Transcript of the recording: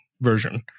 version